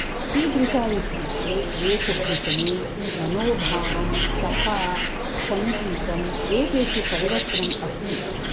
कीदृशः इत्युक्ते वेशभूषणे मनोभावं कथा सङ्गीतं एतेषु परिवर्तनम् अस्ति